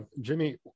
jimmy